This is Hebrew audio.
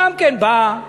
גם הוא בא,